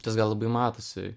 tas gal labai matosi